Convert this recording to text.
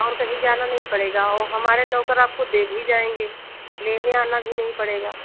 और कहीं जाना नहीं पड़ेगा औ हमारे नौकर आपको दे भी जाएँगे लेने आना भी नहीं पड़ेगा